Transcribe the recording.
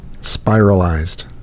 spiralized